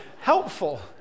helpful